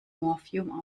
morphium